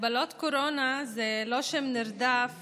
הגבלות קורונה זה לא שם נרדף